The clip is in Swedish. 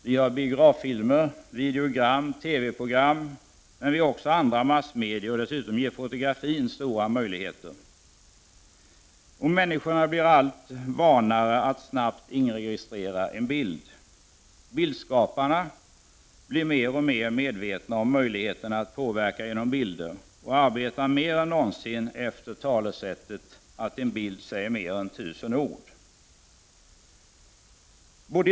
Vi har biograffilmer, videogram och TV-program, men vi har också andra massmedier, och dessutom ger fotografin stora möjligheter. Människorna blir allt vanare att snabbt inregistrera en bild. Bildskaparna blir mer och mer medvetna om möjligheterna att påverka genom bilder, och de arbetar mer än någonsin efter talesättet att en bild säger mer än tusen ord.